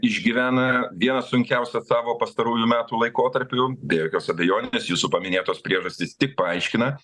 išgyvena vieną sunkiausių savo pastarųjų metų laikotarpių be jokios abejonės jūsų paminėtos priežastys tik paaiškina